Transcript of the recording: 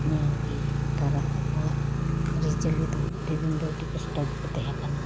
ᱱᱤᱭᱟᱹ ᱜᱮ ᱱᱮᱛᱟᱨᱟᱜ ᱟᱵᱚᱭᱟᱜ ᱟᱹᱨᱤᱪᱟᱹᱞᱤ ᱫᱚ ᱟᱹᱰᱤ ᱫᱤᱱ ᱫᱚ ᱟᱹᱰᱤ ᱠᱚᱥᱴᱚ ᱜᱮᱠᱚ ᱛᱟᱦᱸ ᱠᱟᱱᱟ